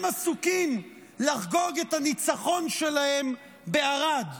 הם עסוקים לחגוג את הניצחון שלהם בערד,